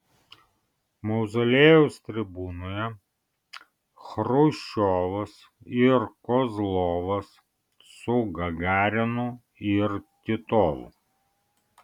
mauzoliejaus tribūnoje chruščiovas ir kozlovas su gagarinu ir titovu